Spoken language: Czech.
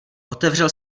otevřel